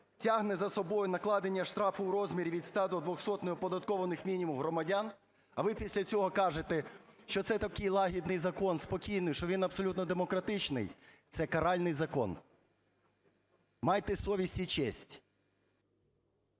тягне за собою накладення штрафу в розмірі від 100 до 200 неоподатковуваних мінімумів громадян, а ви після цього кажете, що це такий лагідний закон, спокійний, що він абсолютно демократичний – це каральний закон, майте совість і честь.